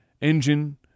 engine